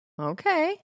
Okay